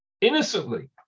Innocently